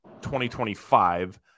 2025